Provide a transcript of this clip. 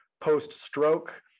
post-stroke